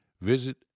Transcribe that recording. visit